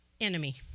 enemy